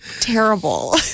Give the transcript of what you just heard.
terrible